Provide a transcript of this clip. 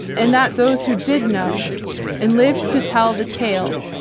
and that those who did know and lived to tell the tale,